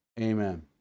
Amen